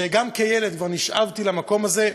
שגם כילד כבר נשאבתי למקום הזה,